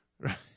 Right